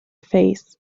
face